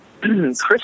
Chris